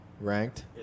Ranked